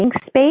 space